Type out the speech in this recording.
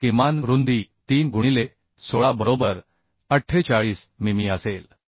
2 किमान रुंदी 3 गुणिले 16 बरोबर 48 मिमी असेल